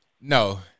No